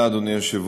האנשים ידועים.